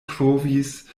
trovis